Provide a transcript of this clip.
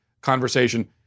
conversation